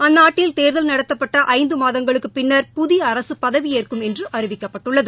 ஆந்நாட்டில் தேர்தல் நடத்தப்பட்ட ஐந்து மாதங்களுக்குப் பின்னா் புதிய அரசு பதவியேற்கும் என்று அறிவிகக்ப்பட்டுள்ளது